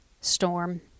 Storm